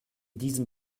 diesem